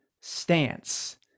stance